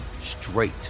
straight